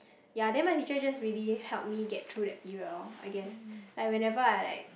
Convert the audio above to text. ya then my teacher just really helped me get through that period lor I guess like whenever I like